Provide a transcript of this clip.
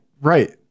Right